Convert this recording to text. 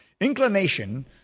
inclination